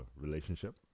relationship